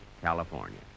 California